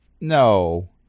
No